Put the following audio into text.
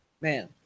man